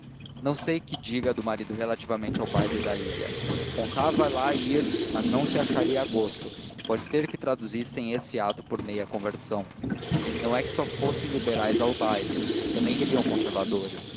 não sei que diga do marido relativamente ao baile da ilha contava lá ir mas não se acharia a gosto pode ser que traduzissem esse ato por meia conversão não é que só fossem liberais ao baile também iriam conservadores